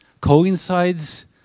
coincides